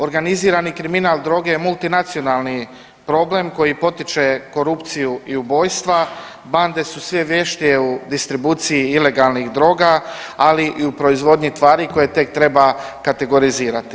Organizirani kriminal droge je multinacionalni problem koji potiče korupciju i ubojstva, banda su sve vještije u distribuciji ilegalnih droga, ali i u proizvodnji tvari koje tek treba kategorizirati.